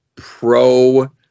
Pro